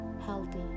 healthy